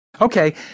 Okay